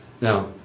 Now